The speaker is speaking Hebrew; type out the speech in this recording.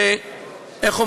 איך אומרים?